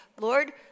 Lord